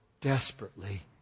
desperately